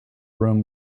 room